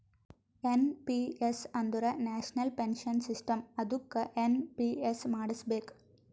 N P S ಅಂದುರ್ national pension system ಅದ್ದುಕ NPS ಮಾಡುಸ್ಬೇಕ್